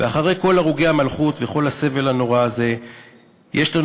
ואחרי כל הרוגי המלכות וכל הסבל הנורא הזה יש לנו